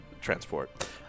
transport